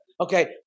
Okay